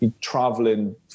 traveling